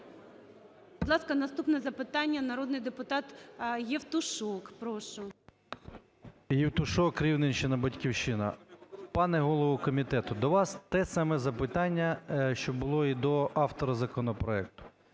Будь ласка, наступне запитання. Народний депутат Євтушок. Прошу. 16:30:43 ЄВТУШОК С.М. Євтушок, Рівненщина, "Батьківщина". Пане голово комітету, до вас те саме запитання, що було і до автора законопроекту.